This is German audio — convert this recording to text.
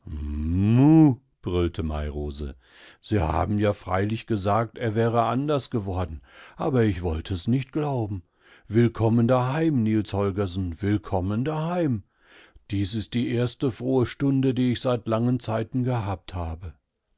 sie haben ja freilich gesagt er wäre anders geworden aber ich wollte es nicht glauben willkommen daheim niels holgersen willkommen daheim dies ist die erste frohe stunde die ich seit langen zeiten gehabt habe